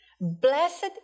Blessed